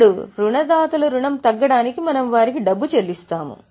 ఇప్పుడు రుణదాతలకు వారు తగ్గడానికి మనము వారికి డబ్బు చెల్లిస్తాము